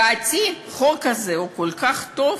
לדעתי, החוק הזה כל כך טוב,